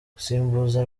gusimbuza